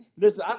Listen